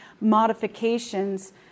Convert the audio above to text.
modifications